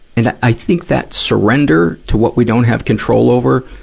and that, i think that surrender to what we don't have control over,